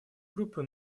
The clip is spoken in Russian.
группы